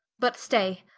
but stay,